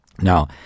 Now